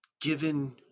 given